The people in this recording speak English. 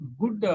good